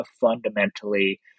fundamentally